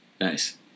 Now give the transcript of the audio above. Nice